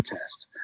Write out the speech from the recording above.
test